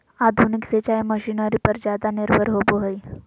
आधुनिक सिंचाई मशीनरी पर ज्यादा निर्भर होबो हइ